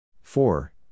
Four